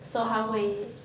orh